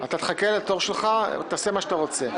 אתה תחכה לתור שלך ותעשה מה שאתה רוצה.